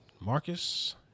Marcus